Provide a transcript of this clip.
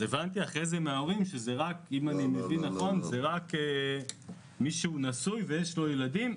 הבנתי מההורים שזה רק מי שנשוי ויש לו ילדים.